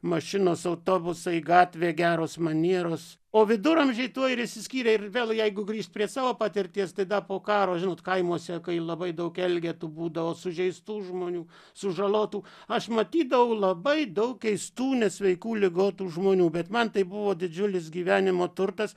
mašinos autobusai gatvėje geros manieros o viduramžiai tuo ir išsiskyrė ir vėl jeigu grįžti prie savo patirties tada po karo žinot kaimuose kai labai daug elgetų būdavo sužeistų žmonių sužalotų aš matydavau labai daug keistų nesveikų ligotų žmonių bet man tai buvo didžiulis gyvenimo turtas